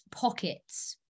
pockets